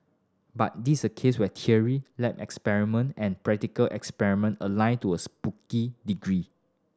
but this a case wet theory lab experiment and practical experiment align to a spooky degree